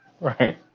right